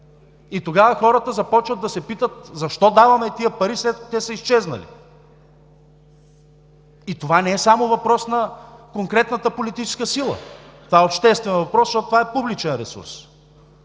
Тогава хората започват да се питат: „Защо даваме тези пари, след като те са изчезнали?“. Това не е само въпрос на конкретната политическа сила, това е обществен въпрос, защото това е публичен ресурс